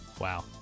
Wow